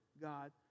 God